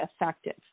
effective